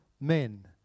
men